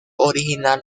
original